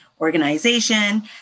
organization